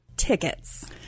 Tickets